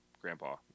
grandpa